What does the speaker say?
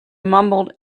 mumbled